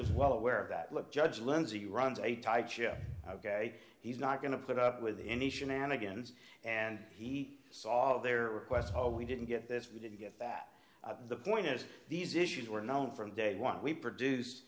was well aware that judge lindsay runs a tight ship he's not going to put up with any shenanigans and he saw their request oh we didn't get this we didn't get that the point is these issues were known from day one we produce